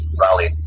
rally